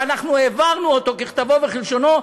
ואנחנו העברנו אותו ככתבו וכלשונו,